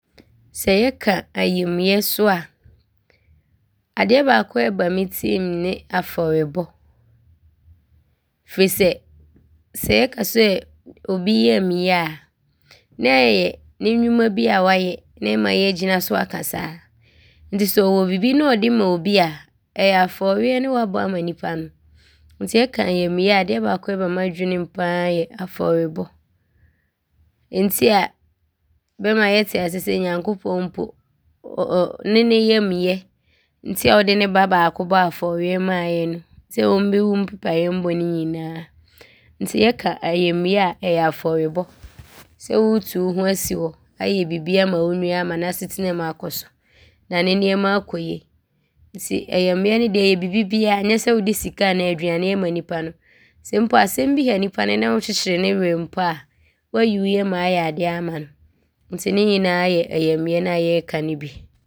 Sɛ yɛka ayamyɛ so a, adeɛ baako a ɔba me tim ne afɔrebɔ firi sɛ, yɛka sɛ obi yam yɛ a, na ɔyɛ ne nnwuma bi a wayɛ ne ɛɛma yɛagyina so aka saa nti sɛ ɔwɔ bibi ne sɛ ɔde ma bi a, ɔyɛ afɔreɛ ne wabɔ ama nnipa no nti yɛka ayamyɛ a, adeɛ baako a ɔba m’adwenem paa ara yɛ afɔrebɔ nti a bɛma yɛte aseɛ sɛ, Nyankopɔn mpo ne ne yam yɛ nti a ɔde ne ba baako no bɔɔ afɔreɛ maa yɛ no sɛ ɔmmɛwu mpepa yɛ bɔne nyinaa nti yɛka ayamyɛ a, ɔyɛ afɔrebɔ. Sɛ woretu wo ho asi hɔ ayɛ bibi ama wo nua ama n’asetena mu akɔ so ne ne nnoɔma aakɔ yie nti ayamyɛ no deɛ, ɔyɛ bibibiaa. Nyɛ sɛ wode sika anaa aduane ɔɔma nnipa no mpo asɛm bi ha nnipa no ne wokyekyere ne werɛ mpo a, woayi wo yam aayɛ adeɛ ama no nti ne nyinaa yɛ ayamyɛ naa yɛreka ne bi.